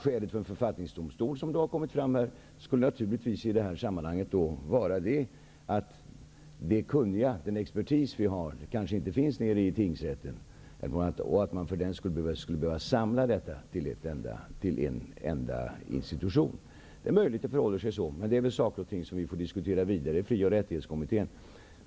Skälet till en författningsdomstol -- som också har kommit fram här i debatten -- skulle vara att expertisen inte finns i tingsrätten och att den i stället skulle samlas till en enda institution. Det är möjligt att det förhåller sig så. Men det är väl saker och ting som vi får diskutera vidare i fri och rättighetskommittén.